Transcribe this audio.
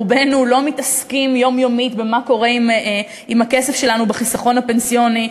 רובנו לא מתעסקים יומיומית במה קורה עם הכסף שלנו שבחיסכון הפנסיוני.